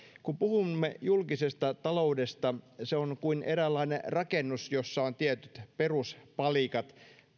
kun puhumme julkisesta taloudesta se on kuin eräänlainen rakennus jossa on tietyt peruspalikat